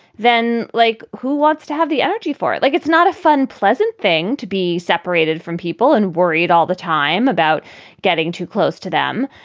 then, like, who wants to have the energy for it? like, it's not a fun, pleasant thing to be separated from people and worried all the time about getting too close to them.